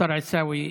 השר עיסאווי,